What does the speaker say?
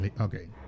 Okay